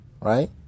Right